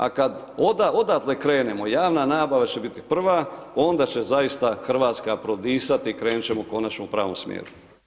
A kad odatle krenemo, javna nabava će biti prva, onda će zaista Hrvatska prodisati i krenuti ćemo konačno u pravom smjeru.